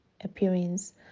appearance